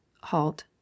halt